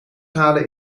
halen